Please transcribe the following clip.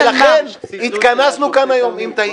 ולכן התכנסנו כאן היום, אם תהית.